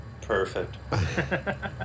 Perfect